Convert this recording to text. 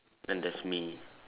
then there's me